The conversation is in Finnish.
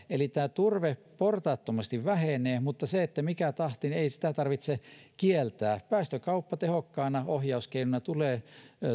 eli turve portaattomasti vähenee sen suhteen mikä on tahti ei sitä tarvitse kieltää päästökauppa tehokkaana ohjauskeinona tulee